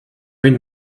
read